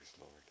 Lord